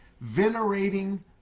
venerating